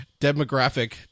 demographic